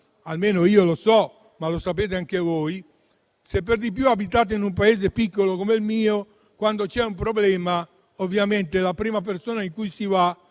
almeno io lo so, ma lo sapete anche voi, soprattutto se abitate in un paese piccolo come il mio - che, quando c'è un problema, la prima persona da cui si va